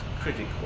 critical